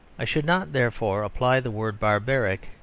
i should not, therefore, apply the word barbaric,